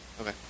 okay